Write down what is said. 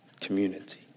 community